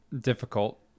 difficult